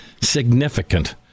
significant